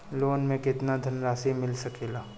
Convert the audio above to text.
Loan मे केतना धनराशी मिल सकेला?